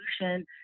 solution